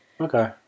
Okay